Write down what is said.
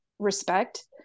respect